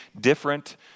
different